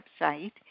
website